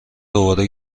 دوباره